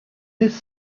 this